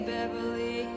Beverly